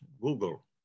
Google